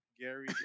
Gary